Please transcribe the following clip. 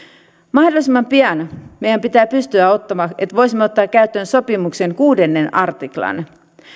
mahdollisimman pian meidän pitää pystyä siihen että voisimme ottaa käyttöön sopimuksen kuudennen artiklan